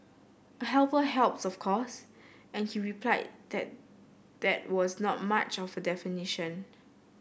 a helper helps of course and he replied that that was not much of a definition